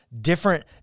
Different